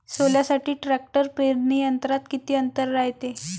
सोल्यासाठी ट्रॅक्टर पेरणी यंत्रात किती अंतर रायते?